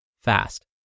fast